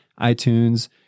iTunes